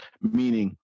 meaning